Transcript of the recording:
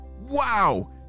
Wow